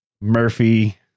Murphy